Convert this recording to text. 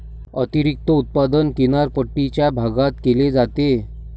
अतिरिक्त उत्पादन किनारपट्टीच्या भागात केले जाते